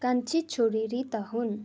कान्छी छोरी रीता हुन्